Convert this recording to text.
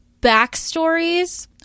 backstories